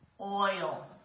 Oil